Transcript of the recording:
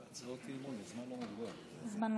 בהצעות אי-אמון הזמן בלתי מוגבל.